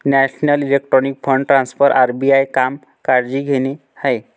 national electronic fund transfer RBI काम काळजी घेणे आहे